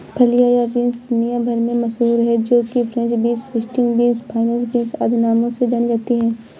फलियां या बींस दुनिया भर में मशहूर है जो कि French beans, string beans, fine beans आदि नामों से जानी जाती है